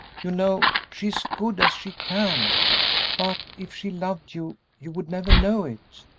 you know she's good as she can but if she loved you, you would never know it.